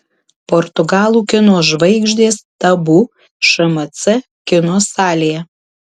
portugalų kino žvaigždės tabu šmc kino salėje